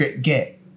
get